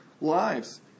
lives